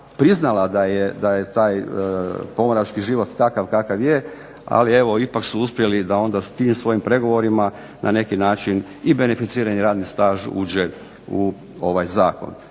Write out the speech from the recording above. priznala da je taj pomorački život takav kakav je, ali evo ipak su uspjeli da onda s tim svojim pregovorima na neki način i beneficirani radni staž uđe u ovaj zakon.